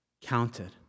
counted